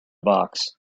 box